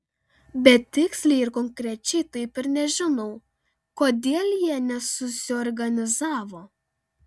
bet tiksliai ir konkrečiai taip ir nežinau kodėl jie nesusiorganizavo